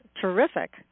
terrific